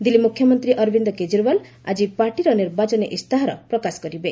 ଦିଲ୍ଲୀ ମୁଖ୍ୟମନ୍ତ୍ରୀ ଅରବିନ୍ଦର କେଜରିଓ୍ୱାଲ ଆଜି ପାର୍ଟିର ନିର୍ବାଚନୀ ଇସ୍ତାହାର ପ୍ରକାଶ କରିବେ